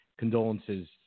condolences